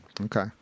Okay